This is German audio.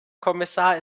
kommissar